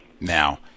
now